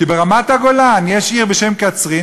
כי ברמת-הגולן יש עיר בשם קצרין.